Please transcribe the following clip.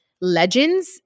legends